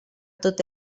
tot